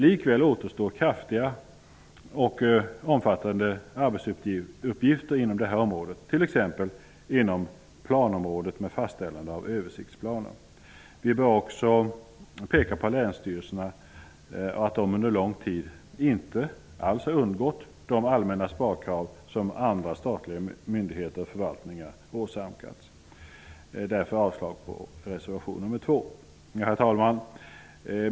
Likväl återstår kraftiga och omfattande arbetsuppgifter inom detta område, t.ex. inom planområdet med fastställande av översiktsplaner. Vi bör också peka på att länsstyrelserna under lång tid inte undgått de allmänna sparkrav som andra statliga förvaltningar åsamkats. Jag yrkar avslag på reservationen. Herr talman!